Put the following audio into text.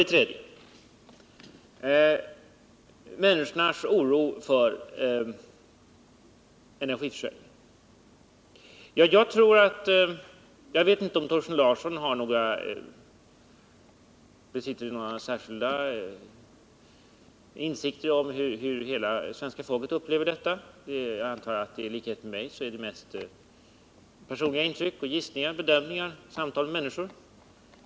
Beträffande människornas oro för energiförsörjningen vet jag inte om Thorsten Larsson besitter några särskilda insikter om hur hela svenska folket upplever detta. Jag antar att han i likhet med mig utgår från personliga intryck, gissningar, bedömningar och samtal med människor.